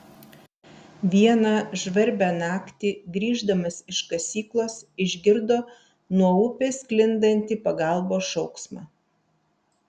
vieną žvarbią naktį grįždamas iš kasyklos išgirdo nuo upės sklindantį pagalbos šauksmą